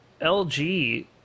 lg